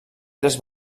tres